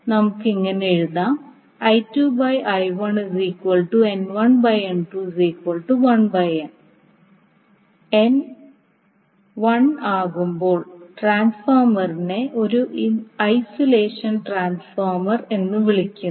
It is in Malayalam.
നമുക്ക് ഇങ്ങനെ എഴുതാം ആകുമ്പോൾ ട്രാൻസ്ഫോർമറിനെ ഒരു ഐസുലേഷൻ ട്രാൻസ്ഫോർമർ എന്ന് വിളിക്കുന്നു